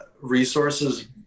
resources